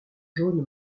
jaune